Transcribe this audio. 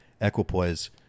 equipoise